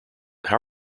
how